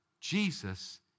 Jesus